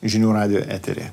žinių radijo eteryje